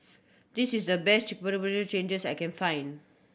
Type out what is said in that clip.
this is the best changes I can find